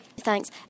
Thanks